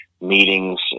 meetings